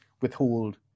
withhold